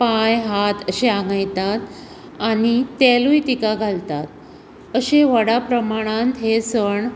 पांय हात अशें आंगयतात आनी तेलूय तिका घालतात अशें व्हडा प्रमाणांत हे सण